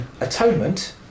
Atonement